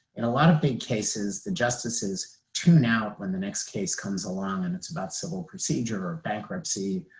in a lot of big cases, the justices tune out when the next case comes along and it's about civil procedure, or bankruptcy,